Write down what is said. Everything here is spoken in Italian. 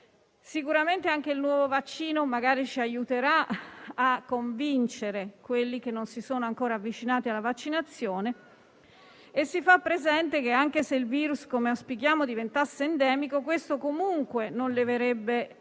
pandemia. Anche il nuovo vaccino magari ci aiuterà a convincere coloro che non si sono ancora avvicinati alla vaccinazione e si fa presente che, anche se il virus - come auspichiamo - diventasse endemico, questo comunque non eliminerebbe l'impatto